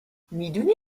میدونی